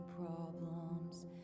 problems